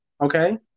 okay